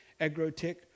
agrotech